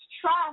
trust